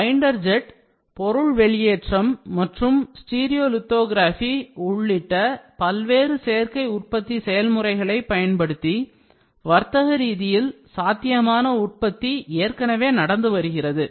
binder jet பொருள் வெளியேற்றம் மற்றும் ஸ்டீரியோலிதோகிராபி உள்ளிட்ட பல்வேறு சேர்க்கை உற்பத்தி செயல்முறைகளைப் பயன்படுத்தி வர்த்தக ரீதியில் சாத்தியமான உற்பத்தி ஏற்கனவே நடந்து வருகிறது